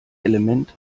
element